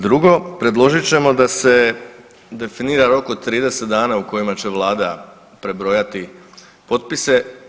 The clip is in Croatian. Drugo, predložit ćemo da se definira rok 30 dana u kojemu će vlada prebrojati potpise.